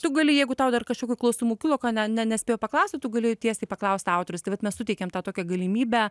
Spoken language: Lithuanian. tu gali jeigu tau dar kažkokių klausimų kilo ko ne nespėjai paklausti tu gali tiesiai paklausti autoriaus tai vat mes suteikėm tą tokią galimybę